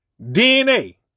DNA